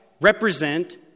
represent